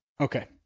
Okay